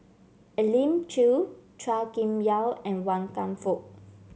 Elim Chew Chua Kim Yeow and Wan Kam Fook